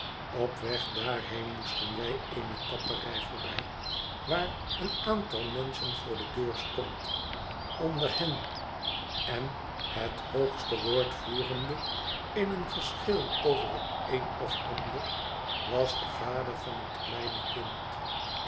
op weg daarheen moesten wij eene tapperij voorbij waar een aantal menschen voor de deur stond onder hen en het hoogste woord voerende in een geschil over het een of ander was de vader van het kleine kind